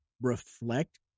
reflect